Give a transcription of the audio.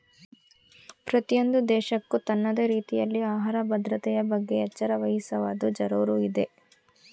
ಪ್ರತಿಯೊಂದು ದೇಶಕ್ಕೂ ತನ್ನದೇ ರೀತಿಯಲ್ಲಿ ಆಹಾರ ಭದ್ರತೆಯ ಬಗ್ಗೆ ಎಚ್ಚರ ವಹಿಸುವದು ಜರೂರು ಇದೆ